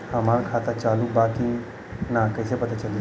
हमार खाता चालू बा कि ना कैसे पता चली?